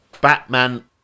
batman